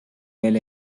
veel